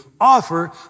offer